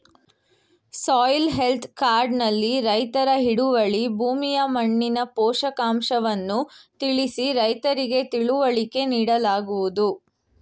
soil health card ನಲ್ಲಿ ರೈತರ ಹಿಡುವಳಿ ಭೂಮಿಯ ಮಣ್ಣಿನ ಪೋಷಕಾಂಶವನ್ನು ತಿಳಿಸಿ ರೈತರಿಗೆ ತಿಳುವಳಿಕೆ ನೀಡಲಾಗುವುದು